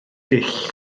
dull